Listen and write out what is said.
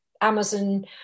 Amazon